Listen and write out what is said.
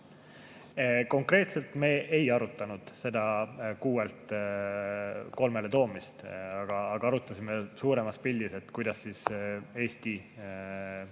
Konkreetselt me ei arutanud seda kuuelt kolmele toomist. Aga arutasime suuremas pildis, kuidas kõik need